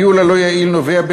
הניהול הלא-יעיל נובע,